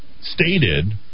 stated